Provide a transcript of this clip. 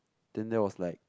then that was like